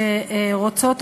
שרוצות,